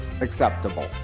acceptable